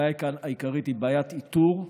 הבעיה העיקרית היא בעיית איתור.